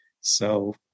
So-